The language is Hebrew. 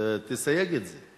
תסייג את זה.